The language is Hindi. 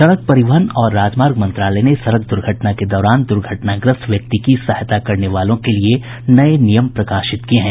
सड़क परिवहन और राजमार्ग मंत्रालय ने सड़क दुर्घटना के दौरान दुर्घटनाग्रस्त व्यक्ति की सहायता करने वालों के लिए नये नियम प्रकाशित किए हैं